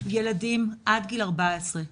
ילדים עד גיל 14,